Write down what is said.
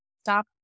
stop